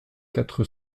quatre